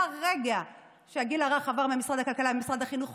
מהרגע שהגיל הרך עבר ממשרד הכלכלה למשרד החינוך,